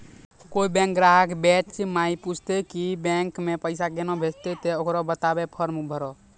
कोय बैंक ग्राहक बेंच माई पुछते की बैंक मे पेसा केना भेजेते ते ओकरा बताइबै फॉर्म भरो